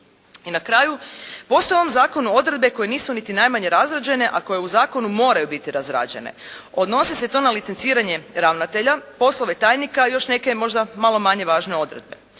I na kraju, postoje u ovom zakonu odredbe koje nisu niti najmanje razrađene, a koje u zakonu moraju biti razrađene. Odnosi se to na licenciranje ravnatelja, poslove tajnike i još neke možda malo manje važne odredbe.